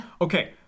Okay